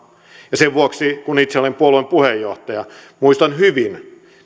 ja sen vuoksi kun itse olen puolueen puheenjohtaja muistan hyvin ne